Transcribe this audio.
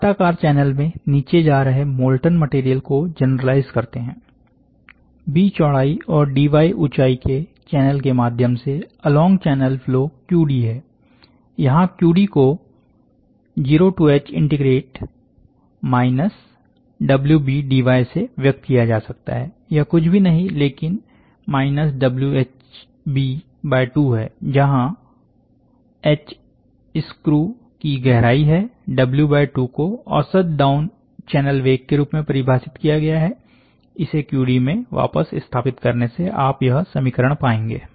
आयताकार चैनल में नीचे जा रहे मोल्टन मटेरियल को जनरलाइज करते है बी चोड़ाई और dy उचाई के चैनल के माध्यम से अलोंग चैनल फ्लो Qd है यहां Qd को 0H WBdy से व्यक्त किया जा सकता है यह कुछ भी नहीं लेकिन WHB2 है जहां एच स्क्रू की गहराई है W2 को औसत डाउन चैनल वेग के रूप में परिभाषित किया गया है इसे Qd में वापस स्थापित करने से आप यह समीकरण पाएंगे